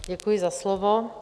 Děkuji za slovo.